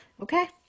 Okay